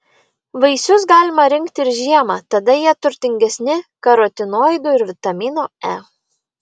vaisius galima rinkti ir žiemą tada jie turtingesni karotinoidų ir vitamino e